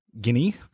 Guinea